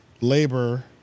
labor